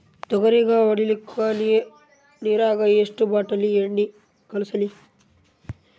ತೊಗರಿಗ ಹೊಡಿಲಿಕ್ಕಿ ನಿರಾಗ ಎಷ್ಟ ಬಾಟಲಿ ಎಣ್ಣಿ ಕಳಸಲಿ?